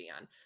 on